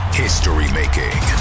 history-making